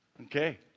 Okay